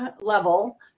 level